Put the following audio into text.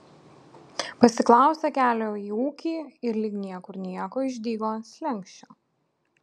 pasiklausė kelio į ūkį ir lyg niekur nieko išdygo ant slenksčio